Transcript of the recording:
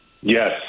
Yes